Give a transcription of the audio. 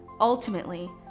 Ultimately